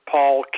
Paul